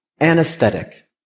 Anesthetic